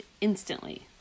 instantly